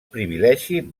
privilegi